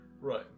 right